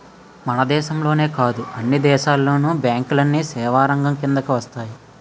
మన దేశంలోనే కాదు అన్ని దేశాల్లోను బ్యాంకులన్నీ సేవారంగం కిందకు వస్తాయి